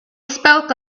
spoke